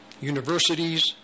universities